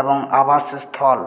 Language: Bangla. এবং আবাসস্থল